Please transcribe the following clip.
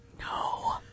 No